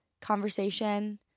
conversation